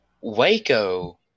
Waco